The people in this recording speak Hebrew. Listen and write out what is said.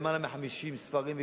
למעלה מ-50 ספרים,